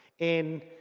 and